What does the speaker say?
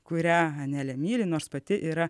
kurią anelė myli nors pati yra